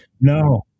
no